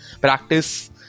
practice